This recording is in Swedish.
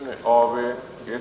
Herr talman!